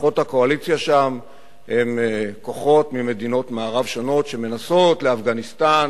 כוחות הקואליציה שם הם כוחות ממדינות מערב שונות שמסייעים לאפגניסטן